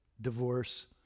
divorce